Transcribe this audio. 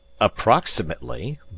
approximately